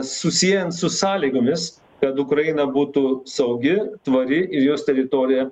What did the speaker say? susiejant su sąlygomis kad ukraina būtų saugi tvari ir jos teritorija